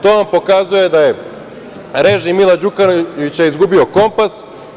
To vam pokazuje da je režim Mila Đukanovića izgubio kompas.